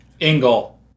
Engel